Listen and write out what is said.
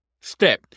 step